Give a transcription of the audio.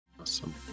Awesome